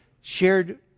shared